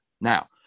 now